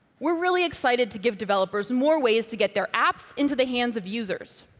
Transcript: we're really excited to give developers more ways to get their apps into the hands of users.